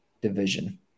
division